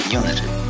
unity